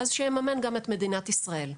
אז שיממן גם את מדינת ישראל.